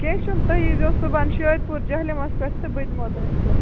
کیٚنٛہہ چھُنہٕ تُہۍ ییٖزیو صُبَحن شٲدۍ پوٗر جہلِمس پٮ۪ٹھ تہٕ بہٕ دِمہو تۄہہِ سٮ۪کھ